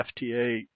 FTA